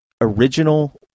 original